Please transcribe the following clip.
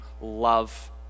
love